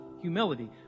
humility